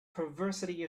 perversity